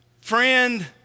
friend